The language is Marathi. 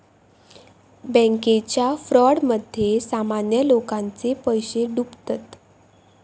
बॅन्केच्या फ्रॉडमध्ये सामान्य लोकांचे पैशे डुबतत